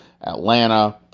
Atlanta